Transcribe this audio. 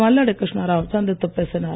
மல்லாடி கிருஷ்ணராவ் சந்தித்துப் பேசினார்